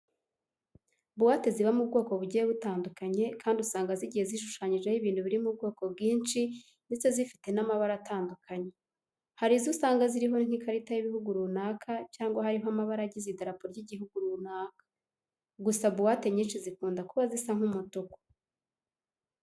Buwate zibamo ubwoko bugiye butandukanye kandi usanga zigiye zishushanyijeho ibintu biri mu bwoko bwinshi ndetse zifite n'amabara atandukanye. Hari izo usanga ziriho nk'ikarita y'ibihugu runaka cyangwa hariho amabara agize idarapo ry'igihugu runaka. Gusa buwate nyinshi zikunda kuba zisa nk'umutuku.